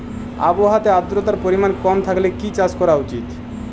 আবহাওয়াতে আদ্রতার পরিমাণ কম থাকলে কি চাষ করা উচিৎ?